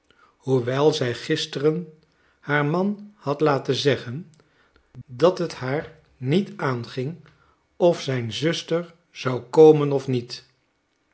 hoewel zij gisteren haar man had laten zeggen dat het haar niet aanging of zijn zuster zou komen of niet